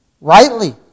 Rightly